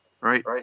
Right